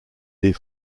des